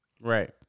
right